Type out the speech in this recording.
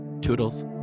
Toodles